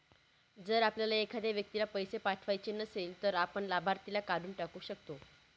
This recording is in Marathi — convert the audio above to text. जर आपल्याला एखाद्या व्यक्तीला पैसे पाठवायचे नसेल, तर आपण लाभार्थीला काढून टाकू शकतो